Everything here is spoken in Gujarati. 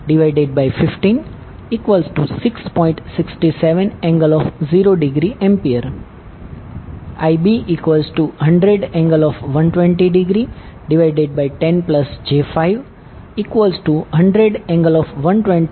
આપણે ગણતરી કરીએ Ia100∠0°156